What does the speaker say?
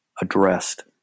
addressed